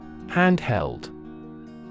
Handheld